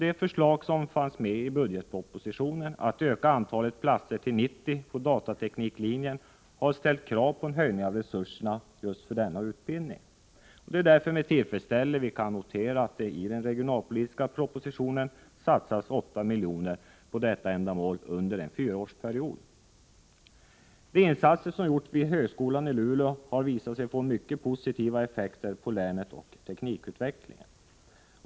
Det förslag som fanns med i budgetpropositionen att öka antalet platser till 90 på datatekniklinjen har ställt krav på en höjning av resurserna till denna utbildning. Det är därför med tillfredsställelse vi noterar att det i den regionalpolitiska propositionen satsas 8 milj.kr. för detta ändamål under en fyraårsperiod. De insatser som gjorts vid högskolan i Luleå har visat sig få mycket positiva effekter på länet och teknikutvecklingen.